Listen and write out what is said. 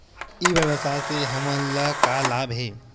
ई व्यवसाय से हमन ला का लाभ हे?